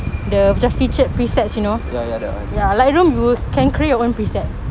ya ya that [one]